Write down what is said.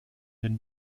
den